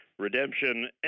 Redemption